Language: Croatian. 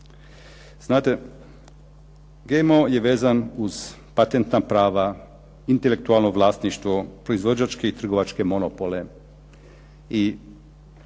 Znate GMO je vezan uz patentna prava, intelektualno vlasništvo, proizvođačke i trgovačke monopole i opasnost